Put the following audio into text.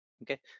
Okay